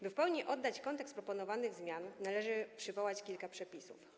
By w pełni oddać kontekst proponowanych zmian, należy przywołać kilka przepisów.